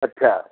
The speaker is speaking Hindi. अच्छा